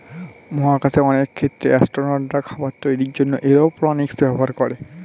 মহাকাশে অনেক ক্ষেত্রে অ্যাসট্রোনটরা খাবার তৈরির জন্যে এরওপনিক্স ব্যবহার করে